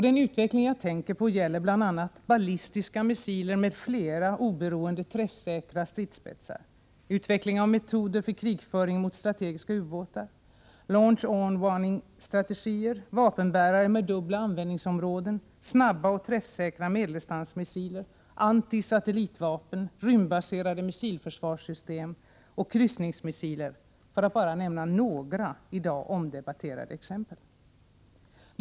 Den utveckling jag tänker på gäller bl.a. ballistiska missiler som har flera, oberoende träffsäkra stridsspetsar , utveckling av metoder för krigföring mot strategiska ubåtar, ”launch-on warning”-strategier, vapenbärare med dubbla användningsområden, snabba och träffsäkra medeldistansmissiler, anti-satellitvapen, rymdbaserade missilförsvarssystem samt kryssningsmissiler för att bara nämna några i dag omdebatterade exempel.